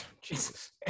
Jesus